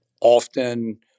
often